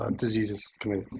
um diseases committee.